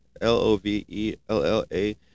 L-O-V-E-L-L-A